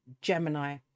Gemini